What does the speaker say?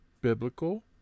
biblical